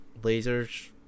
lasers